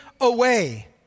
away